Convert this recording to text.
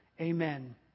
amen